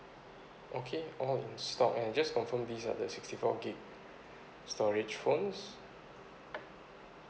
okay all in stock and just confirm these are the sixty four gig storage phones